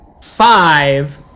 five